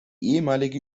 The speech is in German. ehemalige